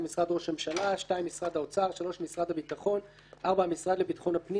משרד ראש הממשלה 2. משרד האוצר 3. משרד הביטחון 4. המשרד לביטחון הפנים